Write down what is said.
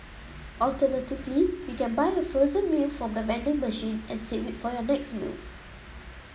alternatively you can buy a frozen meal from the vending machine and save it for your next meal